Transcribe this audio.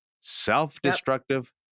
self-destructive